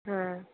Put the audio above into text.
हं